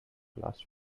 last